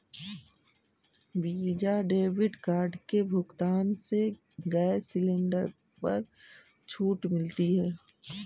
visa debit card के भुगतान से गैस सिलेंडर पर छूट मिलती है